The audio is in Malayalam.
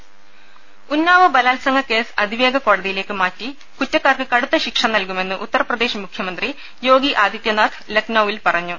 ലലലലല ഉന്നാവോ ബലാത്സംഗ കേസ് അതിവേഗ കോടതി യിലേക്ക് മാറ്റി കുറ്റക്കാർക്ക് കടുത്ത ശിക്ഷ നൽകു മെന്ന് ഉത്തർപ്രദേശ് മുഖ്യമന്ത്രി യോഗി ആദിത്യനാഥ് ലക്നൌവിൽ പ്പറഞ്ഞു